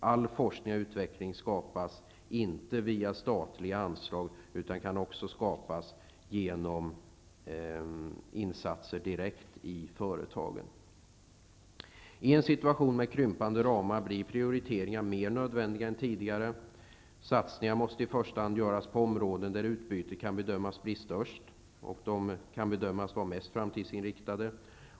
All forskning och utveckling skapas inte via statliga anslag, utan kan också skapas genom insatser direkt i företagen. I en situation med krympande ramar blir prioriteringar mer nödvändiga är tidigare. Satsningar måste i första hand göras på områden där utbytet kan bedömas bli störst och mest framtidsinriktat.